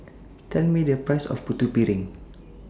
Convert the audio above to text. Tell Me The Price of Putu Piring